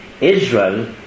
Israel